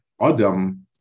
Adam